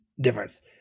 difference